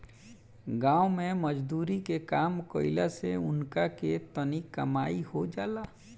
गाँव मे मजदुरी के काम कईला से उनका के तनी कमाई हो जाला